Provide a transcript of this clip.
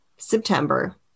September